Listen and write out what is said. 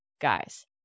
guys